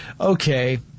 okay